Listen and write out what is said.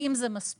האם זה מספיק?